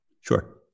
Sure